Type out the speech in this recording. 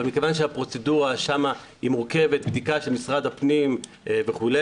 אבל מכיוון שהפרוצדורה שם היא מורכבת בדיקה של משרד הפנים וכו'